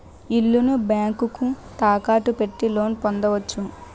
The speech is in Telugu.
ఇల్లుని బ్యాంకుకు తాకట్టు పెట్టి లోన్ పొందవచ్చు